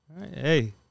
Hey